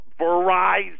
Verizon